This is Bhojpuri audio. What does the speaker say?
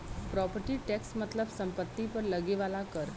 प्रॉपर्टी टैक्स मतलब सम्पति पर लगे वाला कर